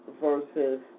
versus